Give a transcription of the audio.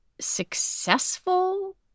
successful